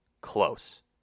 close